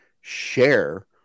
share